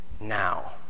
Now